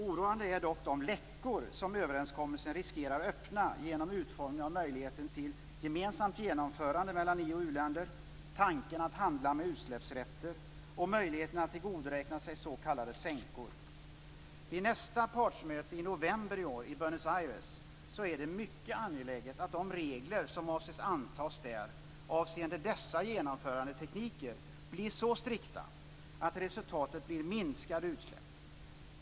Oroande är dock de läckor som överenskommelsen riskerar att öppna genom utformningen av möjligheten till gemensamt genomförande mellan i och u-länder, tanken att handla med utsläppsrätter och möjligheten att tillgodoräkna sig s.k. sänkor. Vid nästa partsmöte i november i år i Buenos Aires är det mycket angeläget att de regler som avses antas där avseende dessa genomförandetekniker blir så strikta att resultatet blir minskade utsläpp.